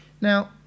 Now